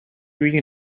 reading